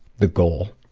the goal.